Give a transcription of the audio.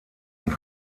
und